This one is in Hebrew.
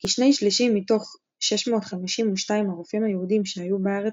כשני שלישים מתוך 652 הרופאים היהודים שהיו בארץ